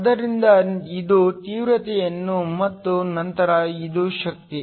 ಆದ್ದರಿಂದ ಇದು ತೀವ್ರತೆ ಮತ್ತು ನಂತರ ಇದು ಶಕ್ತಿ